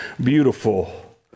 beautiful